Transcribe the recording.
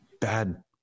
bad